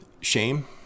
shame